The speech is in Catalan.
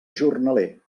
jornaler